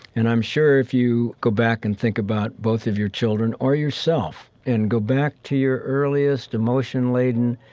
and i'm sure if you go back and think about both of your children or yourself and go back to your earliest emotion-laden,